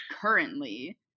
currently